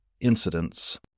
incidents